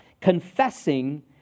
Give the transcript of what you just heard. confessing